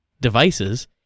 devices